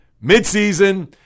mid-season